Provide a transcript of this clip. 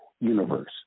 universe